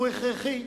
הוא הכרחי,